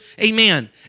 Amen